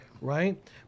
Right